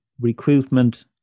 recruitment